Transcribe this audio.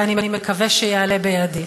ואני מקווה שיעלה בידי.